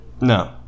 No